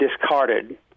discarded